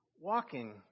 walking